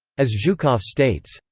as zhukov states,